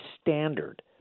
standard